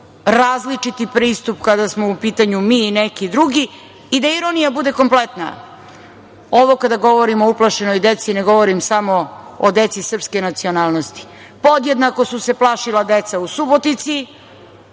različiti pristup kada smo u pitanju mi i neki drugi. Da ironija bude kompletna, ovo kada govorim o uplašenoj deci ne govorim samo o deci srpske nacionalnosti. Podjednako su se plašila deca u Subotici,